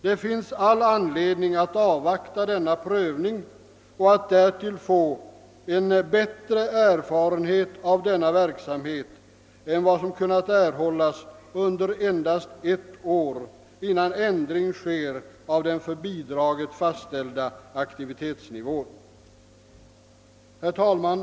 Det finns all anledning att avvakta denna prövning och att därtill få en bättre erfarenhet av verksamheten än vad som kunnat erhållas under endast ett år innan ändring sker av den för bidraget fastställda aktivitetsnivån. Herr talman!